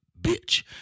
bitch